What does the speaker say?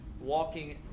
walking